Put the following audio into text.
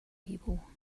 people